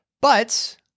But-